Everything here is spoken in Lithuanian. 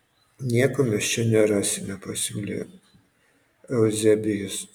nieko mes čia nerasime pasiūlė euzebijus